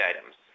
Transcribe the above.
items